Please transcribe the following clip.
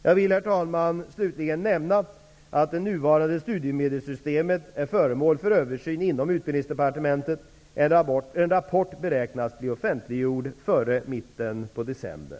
Jag vill slutligen nämna att det nuvarande studiemedelssystemet är föremål för översyn inom Utbildningsdepartementet. En rapport beräknas bli offentliggjord före mitten på december.